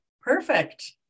Perfect